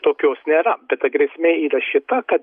tokios nėra bet ta grėsmė yra šita kad